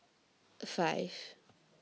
five